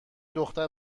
دختر